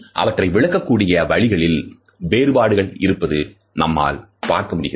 அவற்றை விளக்கக்கூடிய வழிகளில் வேறுபாடுகள் இருப்பது நம்மால் பார்க்க முடிகிறது